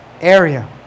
area